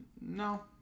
no